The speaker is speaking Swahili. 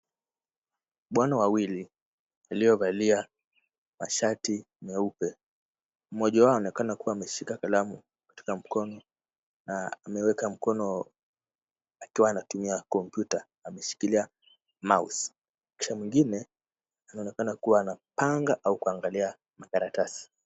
Bwana wawili waliovalia shati nyeupe. Mmoja wao anaonekana kuwa ameshika kalamu katika mkono na ameweka mkono akiwa anatumia kompyuta. Ameshikilia mouse , kisha mwingine anaonekana kuwa anapanga au kuangalia karatasi.